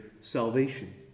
salvation